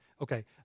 Okay